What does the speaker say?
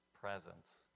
presence